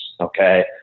okay